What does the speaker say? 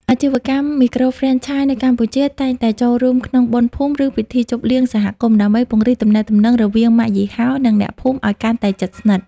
អាជីវកម្មមីក្រូហ្វ្រេនឆាយនៅកម្ពុជាតែងតែចូលរួមក្នុង "បុណ្យភូមិ ឬពិធីជប់លៀងសហគមន៍" ដើម្បីពង្រឹងទំនាក់ទំនងរវាងម៉ាកយីហោ និងអ្នកភូមិឱ្យកាន់តែជិតស្និទ្ធ។